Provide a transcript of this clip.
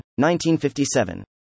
1957